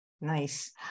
Nice